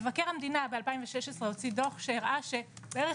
מבקר המדינה ב־2016 הוציא דוח שהראה שבערך